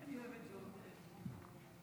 תודה רבה,